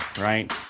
right